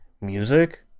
music